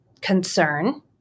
concern